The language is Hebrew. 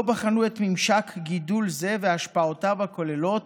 בחנו את ממשק גידול זה והשפעותיו הכוללות,